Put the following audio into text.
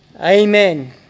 amen